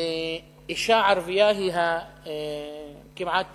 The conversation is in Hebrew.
אשה ערבייה היא כמעט